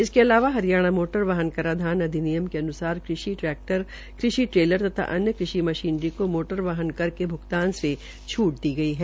इसके अलावाहरियाणा मोटर वाहन कराधान अधिनियम के अनुसार कृषि ट्रैरक्टर कृषि ट्रेलर तथा अन्य कृषि मशीनरी को मोटर वाहन कर के भुगतान से छूट दी गई है